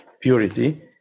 purity